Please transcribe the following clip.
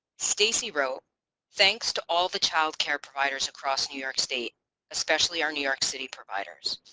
stacy wrote thanks to all the childcare providers across new york state especially our new york city providers.